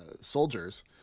soldiers